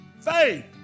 Faith